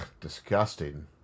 disgusting